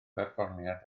berfformiad